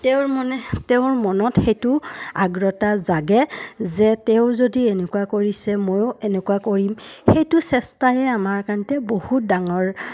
তেওঁৰ মনে তেওঁৰ মনত সেইটো আগ্ৰতা জাগে যে তেওঁৰ যদি এনেকুৱা কৰিছে ময়ো এনেকুৱা কৰিম সেইটো চেষ্টাইে আমাৰ কাৰণতে বহুত ডাঙৰ